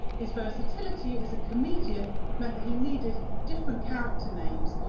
his versatility as a comedian meant that he needed different character names,